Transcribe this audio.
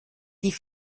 die